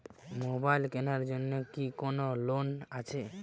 Mobile কেনার জন্য কি কোন লোন আছে?